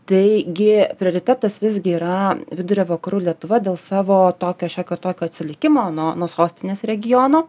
taigi prioritetas visgi yra vidurio vakarų lietuva dėl savo tokio šiokio tokio atsilikimo nuo nuo sostinės regiono